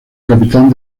capitán